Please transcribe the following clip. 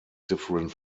different